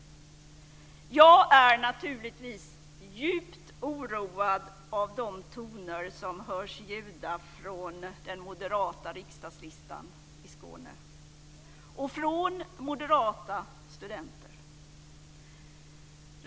Jag är naturligtvis djupt oroad av de toner som hörs ljuda från den moderata riksdagslistan i Skåne och från moderata studenter.